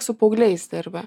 su paaugliais dirbi